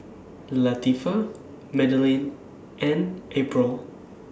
Latifah Madelyn and April